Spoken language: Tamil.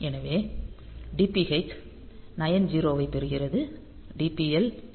எனவே DPH 90 ஐப் பெறுகிறது DPL 00 ஐப் பெறுகிறது